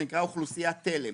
זה נקרא אוכלוסיית תל"ם.